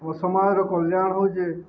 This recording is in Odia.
ଓ ସମାଜର କଲ୍ୟାଣ ହଉଚେ